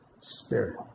Spirit